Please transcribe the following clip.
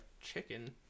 chicken